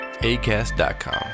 ACAST.COM